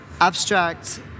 abstract